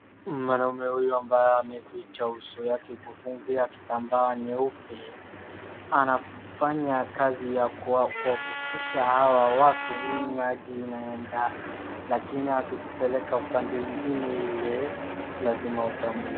Mwanamume huyo ambaye ameficha uso yake kufungia kitambaa nyeupe, anafanya kazi ya kuvukisha hawa watu hii maji inaenda , lakini akikupeleka upande ingine ile, lazima utamlipa.